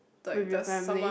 with your family